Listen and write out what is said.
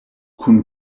kun